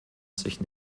sich